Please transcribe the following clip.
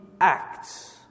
acts